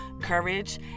courage